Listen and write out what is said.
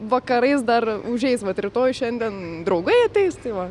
vakarais dar užeis vat rytoj šiandien draugai ateis tai va